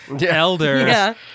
elder